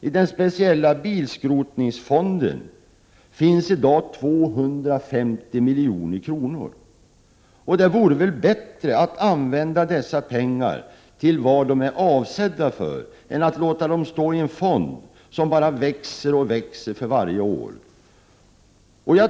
I den speciella bilskrotningsfonden finns i dag 250 milj.kr. Det vore väl bättre att använda dessa pengar till det de är avsedda för än att låta dem stå i en fond som bara växer och växer för varje år.